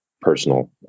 personal